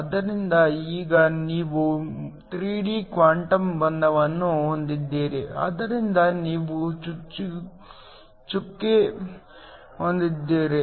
ಆದ್ದರಿಂದ ಈಗ ನೀವು 3D ಕ್ವಾಂಟಮ್ ಬಂಧನವನ್ನು ಹೊಂದಿದ್ದೀರಿ ಆದ್ದರಿಂದ ನೀವು ಚುಕ್ಕೆ ಹೊಂದಿದ್ದೀರಿ